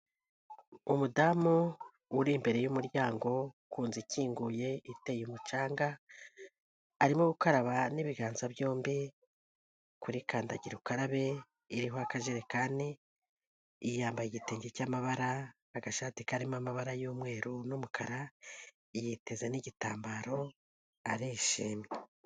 Umudamu uri imbere y'umuryango ku nzu ikinguye, iteye umucanga, arimo gukaraba n'ibiganza byombi, kuri kandagira ukarabe iriho akajerekani, yambaye igitenge cy'amabara, agashati karimo amabara y'umweru n'umukara, yiteza n'igitambaro arishimye.